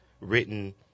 written